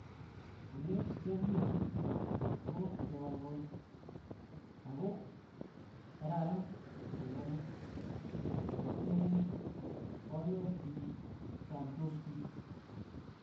Ole kyakilchi ko kewangoi ako kararan korani, matinyei poryot piik, chamtoos piik.